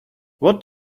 what